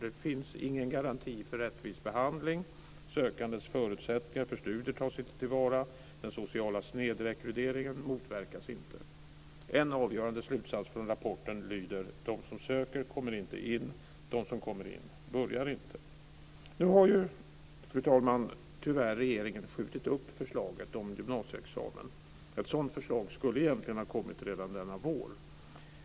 Det finns ingen garanti för rättvis behandling. Sökandes förutsättningar för studier tas inte till vara. Den sociala snedrekryteringen motverkas inte. En avgörande slutsats från rapporten lyder: De som söker kommer inte in, och de som kommer in börjar inte. Fru talman! Regeringen har nu tyvärr skjutit upp förslaget om gymnasieexamen. Ett sådant förslag skulle egentligen ha kommit redan denna vår.